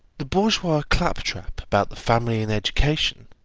the bourgeois clap-trap about the family and education,